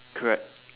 correct